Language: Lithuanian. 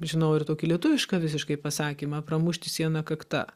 žinau ir tokį lietuvišką visiškai pasakymą pramušti sieną kakta